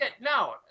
No